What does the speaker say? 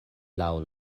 laŭ